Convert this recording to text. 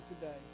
today